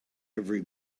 every